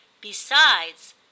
Besides